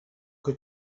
que